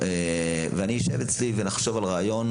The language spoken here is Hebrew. נשב אצלי ונחשוב על רעיון,